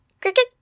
cricket